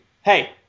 Hey